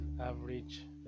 average